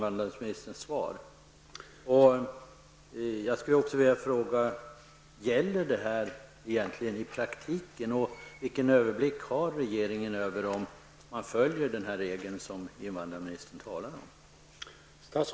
Vidare skulle jag vilja fråga: Tillämpas reglerna egentligen i praktiken? Vilken överblick har regeringen över hur den regel som invandrarministern talar om följs?